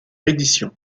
édition